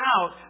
out